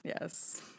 Yes